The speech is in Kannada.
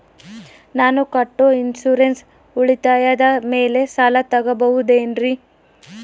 ನಾನು ಕಟ್ಟೊ ಇನ್ಸೂರೆನ್ಸ್ ಉಳಿತಾಯದ ಮೇಲೆ ಸಾಲ ತಗೋಬಹುದೇನ್ರಿ?